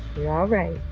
all right.